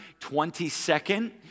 22nd